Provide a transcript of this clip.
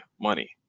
money